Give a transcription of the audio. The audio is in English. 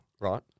Right